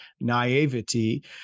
naivety